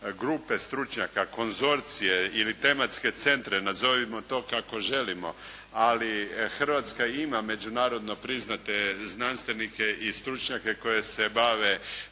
grupe stručnjaka, konzorcije ili tematske centre nazovimo to kako želimo, ali Hrvatska ima međunarodno priznate znanstvenike i stručnjake koji se bave